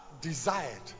desired